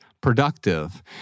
productive